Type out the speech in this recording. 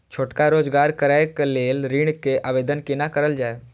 छोटका रोजगार करैक लेल ऋण के आवेदन केना करल जाय?